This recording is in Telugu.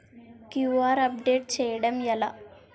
క్యూ.ఆర్ అప్డేట్ చేయడం ఎలా?